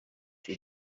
the